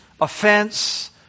offense